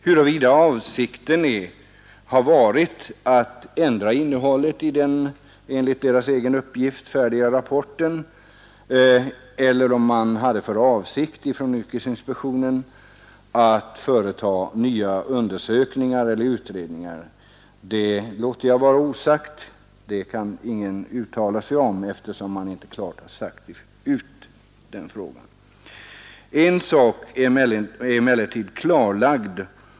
Huruvida avsikten har varit att ändra innehållet i den redan färdiga rapporten eller att företa ny undersökning eller utredning låter jag vara osagt — det kan ingen uttala sig om eftersom yrkesinspektionen inte klart har angivit det. En sak är emellertid klarlagd.